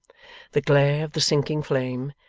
the glare of the sinking flame,